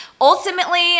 Ultimately